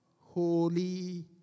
holy